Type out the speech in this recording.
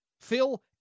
Phil